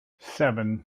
seven